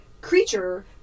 creature